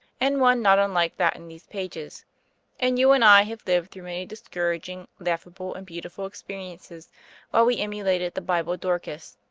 and one not unlike that in these pages and you and i have lived through many discouraging, laughable, and beautiful experiences while we emulated the bible dorcas,